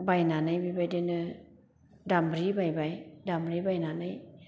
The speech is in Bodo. बायनानै बेबायदिनो दामब्रि बायबाय दामब्रि बायनानै